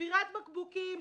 שבירת בקבוקים,